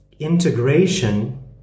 Integration